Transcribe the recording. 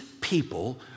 people